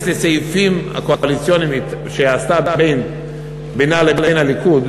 לסעיפים הקואליציוניים שהיא עשתה בינה לבין הליכוד,